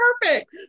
perfect